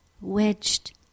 wedged